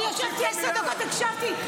אני ישבתי עשר דקות והקשבתי,